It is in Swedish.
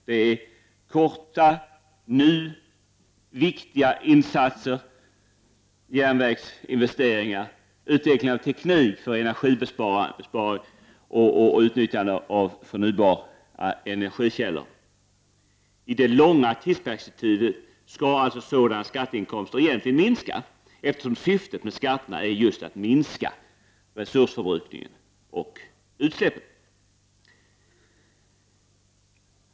Det är kortvariga och nu viktiga insatser som behövs, exempelvis järnvägsinvesteringar, utveckling av teknik för energibesparing och utnyttjande av förnybara energikällor. I det långa tidsperspektivet skall alltså sådana inkomster egentligen minska, eftersom syftet med dessa skatter är att minska resursförbrukningen och utsläppen.